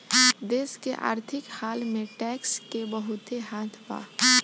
देश के आर्थिक हाल में टैक्स के बहुते हाथ बा